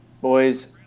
Boys